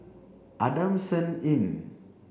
Adamson Inn